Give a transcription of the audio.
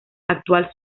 actual